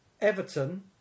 Everton